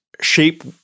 Shape